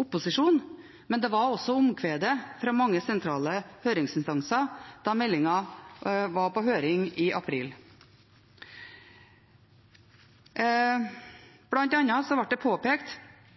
opposisjonen, men det var også omkvedet fra mange sentrale høringsinstanser da meldingen var på høring i april.